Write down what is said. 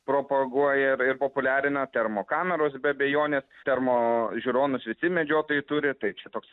propaguoja ir ir populiarina termokameros be abejonės termo žiūronus visi medžiotojai turi tai čia toks